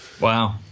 Wow